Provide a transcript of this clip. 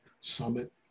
Summit